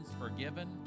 forgiven